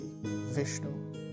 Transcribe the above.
Vishnu